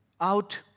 out